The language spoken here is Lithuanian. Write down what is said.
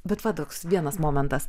bet va toks vienas momentas